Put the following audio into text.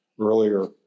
earlier